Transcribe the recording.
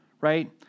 right